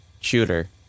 shooter